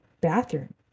bathroom